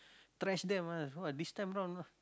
trash them ah !wah! this time round ah